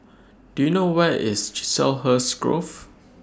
Do YOU know Where IS Chiselhurst Grove